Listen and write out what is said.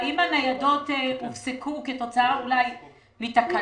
האם פעילות הניידות הופסקה כתוצאה מתקלה?